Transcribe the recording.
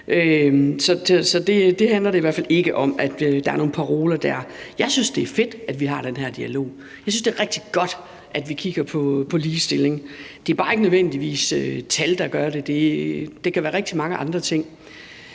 hvert fald ikke om, at der er nogle paroler dér. Jeg synes, det er fedt, at vi har den her dialog. Jeg synes, det er rigtig godt, at vi kigger på ligestilling. Det er bare ikke nødvendigvis tal, der gør det. Det kan være rigtig mange andre ting.